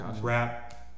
rap